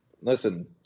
listen